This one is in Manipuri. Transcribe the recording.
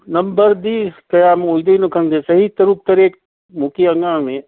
ꯅꯝꯕꯔꯗꯤ ꯀꯌꯥꯝ ꯑꯣꯏꯗꯣꯏꯅꯣ ꯈꯪꯗꯦ ꯆꯍꯤ ꯇꯔꯨꯛ ꯇꯔꯦꯠ ꯃꯨꯛꯀꯤ ꯑꯉꯥꯡꯅꯤ